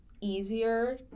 easier